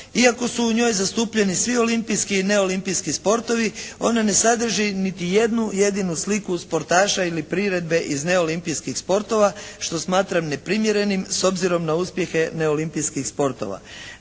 iako su u njoj zastupljeni svi olimpijski i neolimpijski sportovi ona ne sadrži niti jednu jedinu sliku sportaša ili priredbe iz neolimpijskih sportova što smatram neprimjerenim s obzirom na uspjehe neolimpijskih sportova.